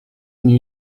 new